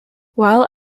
while